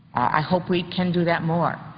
i hope we can do that more.